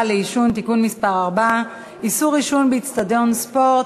לעישון (תיקון מס' 4) (איסור עישון באיצטדיון ספורט),